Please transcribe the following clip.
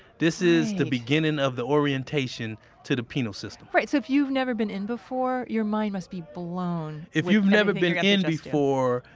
this is the beginning of the orientation to the penal system right, so if you've never been in before, your mind must be blown, if you've never been in before,